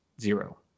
zero